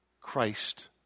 Christ